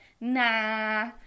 nah